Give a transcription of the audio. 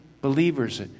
believers